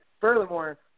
furthermore